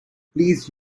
please